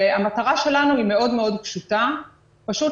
והמטרה שלנו היא מאוד מאוד פשוטה: פשוט